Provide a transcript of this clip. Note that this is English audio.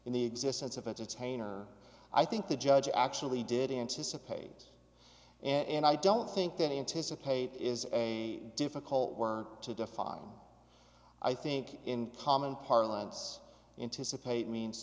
in the existence of its heinous i think the judge actually did anticipate and i don't think that anticipate is a difficult word to define i think in common parlance anticipate means